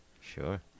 sure